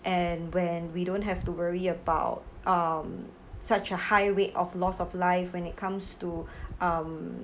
and when we don't have to worry about um such a high rate of loss of life when it comes to um